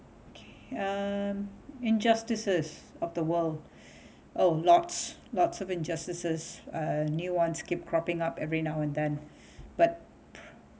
K um injustices of the world oh lots lots of injustices uh new ones keep cropping up every now and then but